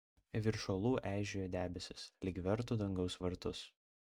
virš uolų eižėjo debesys lyg vertų dangaus vartus